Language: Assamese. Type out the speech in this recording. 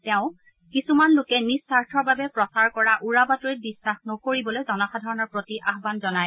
তেওঁ কিছু লোকে নিজ স্বাৰ্থৰ বাবে প্ৰচাৰ কৰা উৰা বাতৰিত বিশ্বাস নকৰিবলৈ জনসাধাৰণৰ প্ৰতি আহ্বান জনায়